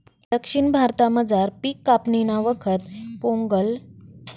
दक्षिण भारतामझार पिक कापणीना वखत पोंगल, उगादि आणि आओणमना सण साजरा करतस